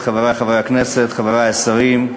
חברי חברי הכנסת, חברי השרים,